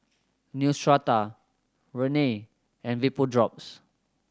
Neostrata Rene and Vapodrops